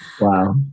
Wow